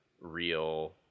real